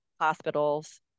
hospitals